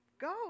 go